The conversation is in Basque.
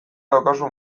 daukazu